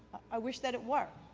i wish that it were.